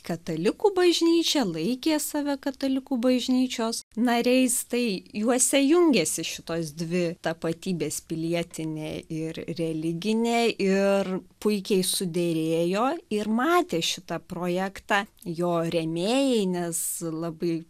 katalikų bažnyčia laikė save katalikų bažnyčios nariais tai juose jungėsi šitos dvi tapatybės pilietinė ir religinė ir puikiai suderėjo ir matė šitą projektą jo rėmėjai nes labai